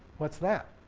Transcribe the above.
what's that?